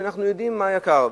ואנחנו יודעים כמה זה יקר.